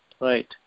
Right